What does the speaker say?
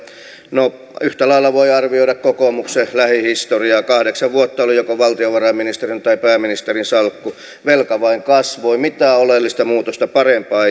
no yhtä lailla voi arvioida kokoomuksen lähihistoriaa kahdeksan vuotta on ollut joko valtiovarainministerin tai pääministerin salkku velka vain kasvoi mitään oleellista muutosta parempaan